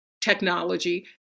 technology